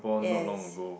yes